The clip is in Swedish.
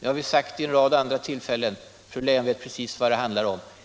Det har vi sagt vid en rad andra tillfällen. Fru Leijon vet precis vad det handlar om.